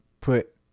put